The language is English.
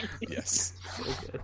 Yes